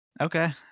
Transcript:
okay